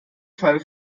fall